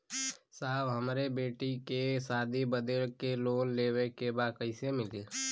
साहब हमरे बेटी के शादी बदे के लोन लेवे के बा कइसे मिलि?